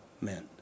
men